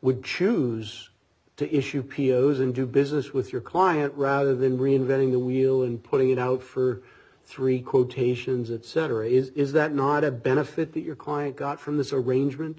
would choose to issue pos and do business with your client rather than reinventing the wheel and putting it out for three quotations etc is that not a benefit that your client got from this arrangement